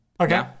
Okay